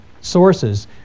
sources